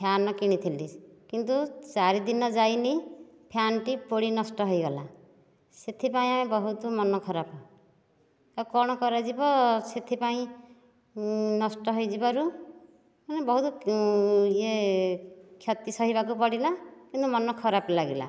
fan କିଣିଥିଲି କିନ୍ତୁ ଚାରିଦିନ ଯାଇନି ଫ୍ୟାନଟି ପୋଡ଼ି ନଷ୍ଟ ହୋଇଗଲା ସେଥିପାଇଁ ଆମେ ବହୁତ ମନ ଖରାପ ଆଉ କ'ଣ କରାଯିବ ସେଥିପାଇଁ ନଷ୍ଟ ହୋଇଯିବାରୁ ମୁଁ ବହୁତ ଇଏ କ୍ଷତି ସହିବାକୁ ପଡ଼ିଲା କିନ୍ତୁ ମନ ଖରାପ ଲାଗିଲା